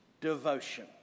devotion